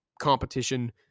competition